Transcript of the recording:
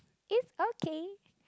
is okay